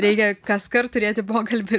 reikia kaskart turėti pokalbį